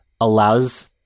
allows